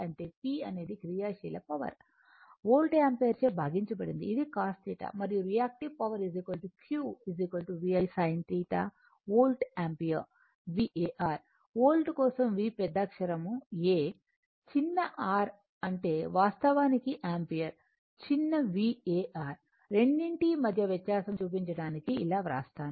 అంటే P అనేది క్రియాశీల పవర్ వోల్ట్ యాంపియర్ చే భాగించబడింది ఇది cos θ మరియు reactive power Q VI sin θ volt ampere VAr volt కోసం V పెద్ద అక్షరం A చిన్న r అంటే వాస్తవానికి యాంపియర్ చిన్న VAr రెండింటి మధ్య వ్యత్యాసం చూపించడానికి ఇలా వ్రాస్తాము